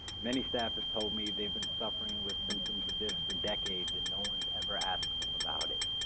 many staff have told me they've been suffering with symptoms of this for decades and no one's ever asked them about it.